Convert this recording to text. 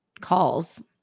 calls